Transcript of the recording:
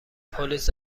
پلیس